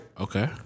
Okay